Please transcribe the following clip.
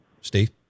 Steve